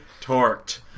torqued